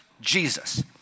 Jesus